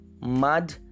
mud